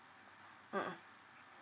mmhmm